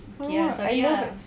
!fuh! I love it